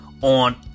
on